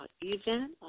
event